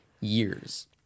years